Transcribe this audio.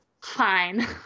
fine